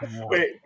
Wait